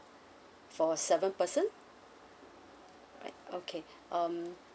for seven person right okay um